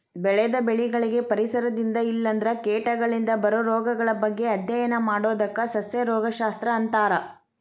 ಬೆಳೆದ ಬೆಳಿಗಳಿಗೆ ಪರಿಸರದಿಂದ ಇಲ್ಲಂದ್ರ ಕೇಟಗಳಿಂದ ಬರೋ ರೋಗಗಳ ಬಗ್ಗೆ ಅಧ್ಯಯನ ಮಾಡೋದಕ್ಕ ಸಸ್ಯ ರೋಗ ಶಸ್ತ್ರ ಅಂತಾರ